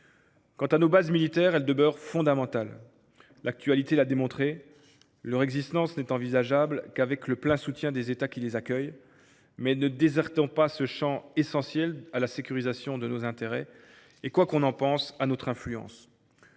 Quant à nos bases militaires, elles demeurent fondamentales. L’actualité l’a montré : leur existence n’est envisageable qu’avec le plein soutien des États qui les accueillent. Mais ne désertons pas ce champ essentiel à la sécurisation de nos intérêts et, quoi que l’on en pense, à notre influence.